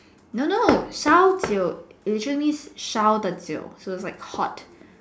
no no 烧酒 literally means 烧的酒 so is like hot